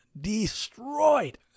Destroyed